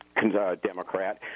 Democrat